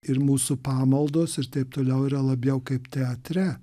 ir mūsų pamaldos ir taip toliau yra labiau kaip teatre